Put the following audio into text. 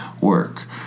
work